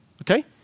Okay